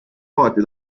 kohati